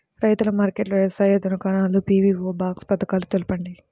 రైతుల మార్కెట్లు, వ్యవసాయ దుకాణాలు, పీ.వీ.ఓ బాక్స్ పథకాలు తెలుపండి?